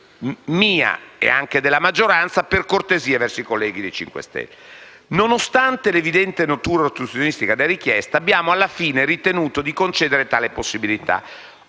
mia e anche della maggioranza, per cortesia verso i collegi del Movimento 5 Stelle. Nonostante l'evidente natura ostruzionistica della richiesta, dunque, alla fine abbiamo ritenuto di concedere tale possibilità.